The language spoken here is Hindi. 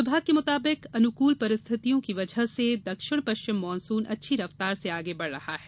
विभाग के मुताबिक अनुकूल परिस्थितियों की वजह से दक्षिण पश्चिम मानसून अच्छी रफ्तार से आगे बढ़ रहा है